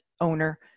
owner